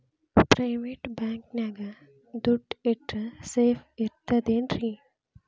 Private bank ನ್ಯಾಗ್ ದುಡ್ಡ ಇಟ್ರ ಸೇಫ್ ಇರ್ತದೇನ್ರಿ?